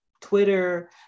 Twitter